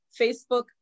Facebook